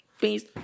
Peace